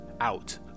out